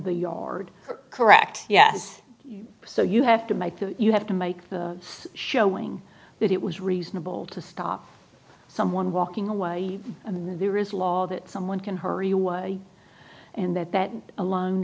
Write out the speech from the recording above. the yard correct yes so you have to make that you have to make the showing that it was reasonable to stop someone walking away when there is law that someone can hurry away and that that alone